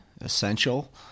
essential